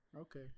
Okay